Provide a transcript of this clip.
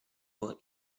more